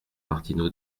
martino